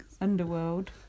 Underworld